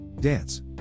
Dance